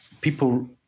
people